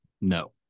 No